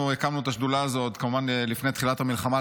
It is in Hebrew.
אנחנו הקמנו את השדולה הזאת כמובן לפני תחילת המלחמה.